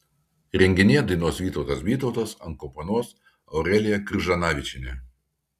renginyje dainuos vytautas bytautas akompanuos aurelija kržanavičienė